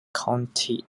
county